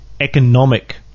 economic